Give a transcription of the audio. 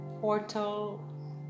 portal